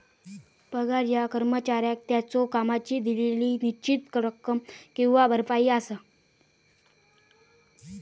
पगार ह्या कर्मचाऱ्याक त्याच्यो कामाची दिलेली निश्चित रक्कम किंवा भरपाई असा